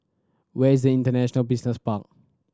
where is International Business Park